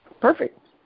Perfect